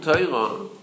Torah